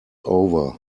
over